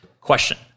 question